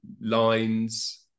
lines